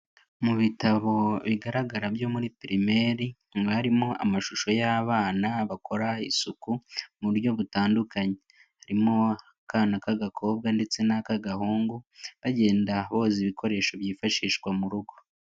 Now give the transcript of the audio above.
Mu bitabo bigaragara byo muri primaire, haba arimo amashusho y'abana bakora isuku mu buryo butandukanye, harimo akana k'agakobwa ndetse n'akana k'agahungu, bagenda boza ibikoresho byifashishwa mu rugo.